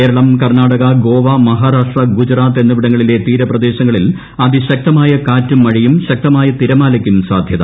കേര്ളം കർണ്ണാടക ഗോവ മഹാരാഷ്ട്ര ഗുജറാത്ത് എന്നിവിടങ്ങളിലെ തീരപ്രദേശങ്ങളിൽ അതിശക്തമായ കാറ്റും മഴയും ശക്തമായ തിരമാലയ്ക്കും സാധ്യത